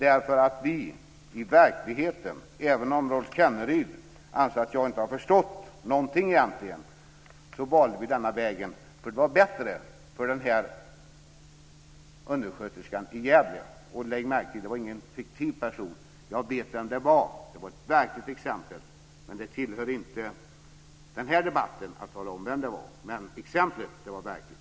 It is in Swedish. Även om Rolf Kenneryd anser att jag egentligen inte har förstått någonting valde vi denna väg eftersom det var bättre för den här undersköterskan i Och lägg märke till att detta inte var någon fiktiv person. Jag vet vem det var. Det var ett verkligt exempel. Det tillhör inte den här debatten att tala om vem det var, men exemplet var verkligt.